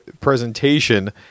presentation